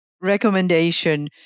recommendation